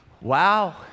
wow